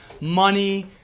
money